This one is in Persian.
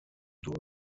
دور